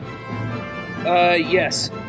Yes